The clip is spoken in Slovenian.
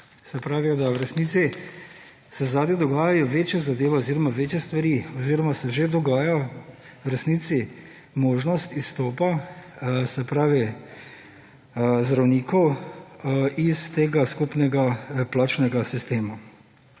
se pravi, da v resnici se zadaj dogajajo večje zadeve oziroma večje stvari oziroma se že dogaja v resnici možnost izstopa, se pravi zdravnikov iz tega skupnega plačnega sistema.